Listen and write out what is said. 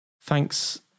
Thanks